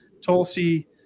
Tulsi